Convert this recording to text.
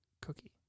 cookie